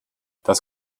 das